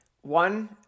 One